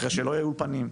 אחרי שלא יהיו אולפנים?